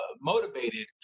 motivated